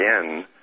again